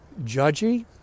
judgy